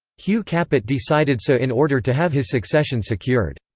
hugh capet decided so in order to have his succession secured.